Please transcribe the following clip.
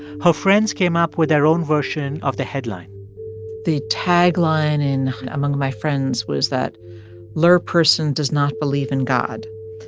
her friends came up with their own version of the headline the tagline in among my friends was that luhr person does not believe in god.